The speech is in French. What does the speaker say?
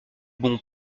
bons